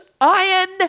iron